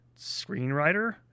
screenwriter